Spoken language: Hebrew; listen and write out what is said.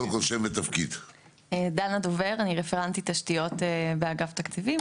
אני רפרנטית תשתיות באגף התקציבים,